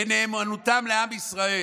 בנאמנותם לעם ישראל.